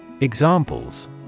Examples